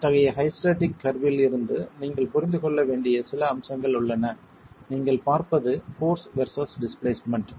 அத்தகைய ஹைஸ்டெரெடிக் கர்வில் இருந்து நீங்கள் புரிந்து கொள்ள வேண்டிய சில அம்சங்கள் உள்ளன நீங்கள் பார்ப்பது போர்ஸ் வெர்சஸ் டிஸ்பிளேஸ்மென்ட்